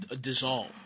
dissolve